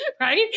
Right